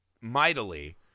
mightily